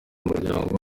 umuryango